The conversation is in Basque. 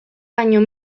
baino